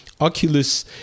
Oculus